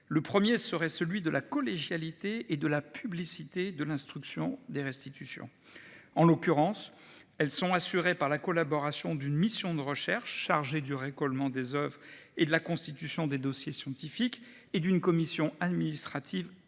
Le 1er serait celui de la collégialité et de la publicité de l'instruction des restitutions. En l'occurrence, elles sont assurées par la collaboration d'une mission de recherche chargée du récolement des Oeuvres et de la constitution des dossiers, scientifiques et d'une commission administrative